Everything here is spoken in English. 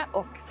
och